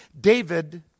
David